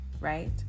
right